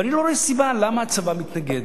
ואני לא רואה סיבה למה הצבא מתנגד.